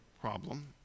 problem